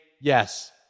yes